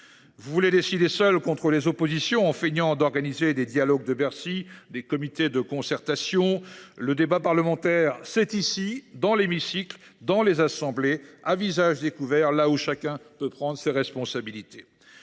Vous voulez décider seul contre les oppositions, en feignant d’organiser des « dialogues de Bercy », des comités de concertation… Mais le débat parlementaire se tient ici, dans les hémicycles des assemblées, à visage découvert, là où chacun peut prendre ses responsabilités.